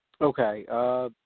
Okay